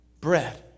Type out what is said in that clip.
Bread